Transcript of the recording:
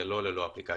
זה לא ללא אפליקציה.